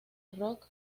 rock